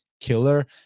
killer